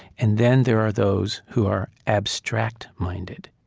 and then there are those who are abstract minded.